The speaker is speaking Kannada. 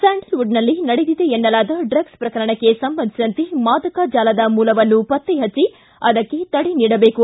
ಸ್ಕಾಂಡಲ್ವುಡನಲ್ಲಿ ನಡೆದಿದೆ ಎನ್ನಲಾದ ಡಗ್ಸ್ ಪ್ರಕರಣಕ್ಕೆ ಸಂಬಂಧಿಸಿದಂತೆ ಮಾದಕ ಜಾಲದ ಮೂಲವನ್ನು ಪತ್ತೆ ಪಟ್ಟಿ ಅದಕ್ಕೆ ತಡೆ ನೀಡಬೇಕು